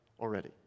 already